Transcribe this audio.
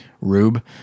rube